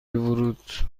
ورود